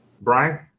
Brian